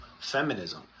Feminism